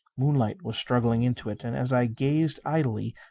moonlight was struggling into it. and, as i gazed idly,